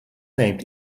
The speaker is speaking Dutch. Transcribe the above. neemt